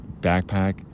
backpack